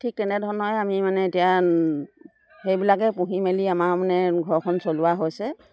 ঠিক তেনেধৰণৰে আমি মানে এতিয়া সেইবিলাকে পুহি মেলি আমাৰ মানে ঘৰখন চলোৱা হৈছে